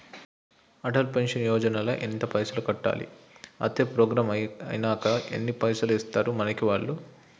Atal pension Yojana ల ఎంత పైసల్ కట్టాలి? అత్తే ప్రోగ్రాం ఐనాక ఎన్ని పైసల్ ఇస్తరు మనకి వాళ్లు?